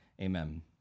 amen